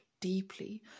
deeply